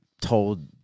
told